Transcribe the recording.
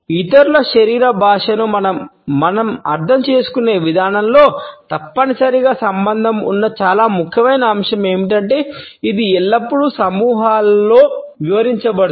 ఇతరుల శరీర భాషను మనం అర్థం చేసుకునే విధానంలో తప్పనిసరిగా సంబంధం ఉన్న చాలా ముఖ్యమైన అంశం ఏమిటంటే ఇది ఎల్లప్పుడూ సమూహాలలో వివరించబడుతుంది